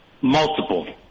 multiple